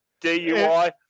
DUI